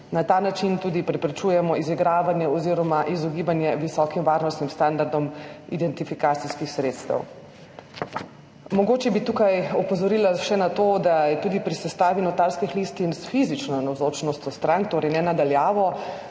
Na ta način tudi preprečujemo izigravanje oziroma izogibanje visokim varnostnim standardom identifikacijskih sredstev. Mogoče bi tukaj opozorila še na to, da tudi pri sestavi notarskih listin s fizično navzočnostjo strank, torej ne na daljavo,